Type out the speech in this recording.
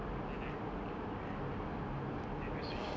but then I go beli on the Nintendo Switch shop